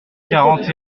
quarante